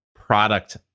product